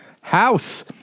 house